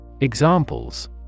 Examples